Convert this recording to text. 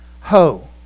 Ho